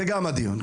זה גם הדיון.